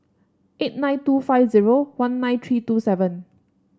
eight nine two five zero one nine three two seven